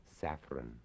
Saffron